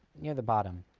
near the bottom